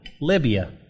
Libya